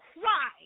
cry